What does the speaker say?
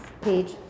page